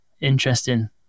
interesting